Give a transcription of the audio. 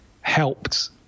helped